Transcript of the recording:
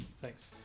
Thanks